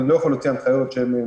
אני לא יכול להוציא הנחיות שאפשר.